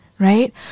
Right